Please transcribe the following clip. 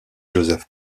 joseph